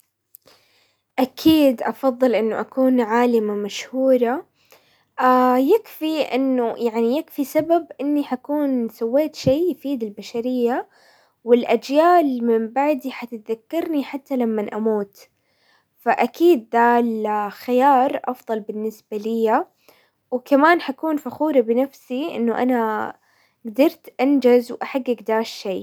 اكيد افضل انه اكون عالمة مشهورة، يكفي انه يعني- يكفي سبب اني حكون سويت شي يفيد البشرية، والاجيال من بعدي حتتذكرني حتى لمن اموت، فاكيد دا خيار افضل بالنسبة ليا، وكمان حكون فخورة بنفسي انه انا قدرت انجز واحقق دا الشي.